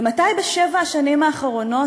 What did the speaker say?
ומתי בשבע השנים האחרונות,